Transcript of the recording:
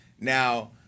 Now